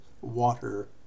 water